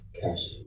cash